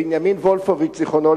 בנימין וולפוביץ ז"ל,